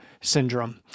syndrome